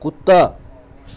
کتا